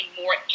more